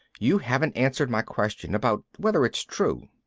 you haven't answered my question. about whether it's true.